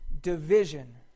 division